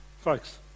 Folks